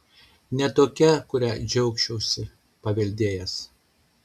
ne tokia kurią džiaugčiausi paveldėjęs